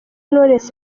knowless